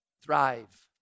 Thrive